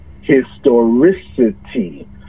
historicity